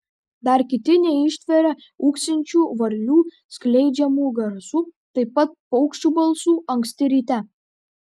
dar kiti neištveria ūksinčių varlių skleidžiamų garsų taip pat paukščių balsų anksti ryte